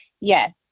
yes